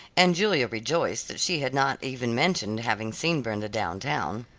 and julia rejoiced that she had not even mentioned having seen brenda down town.